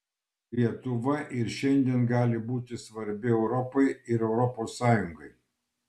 lietuva ir šiandien gali būti svarbi europai ir europos sąjungai